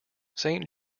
saint